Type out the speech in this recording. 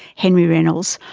henry reynolds,